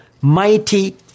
mighty